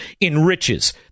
enriches